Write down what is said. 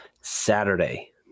saturday